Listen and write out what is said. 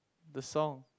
the song